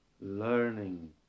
learning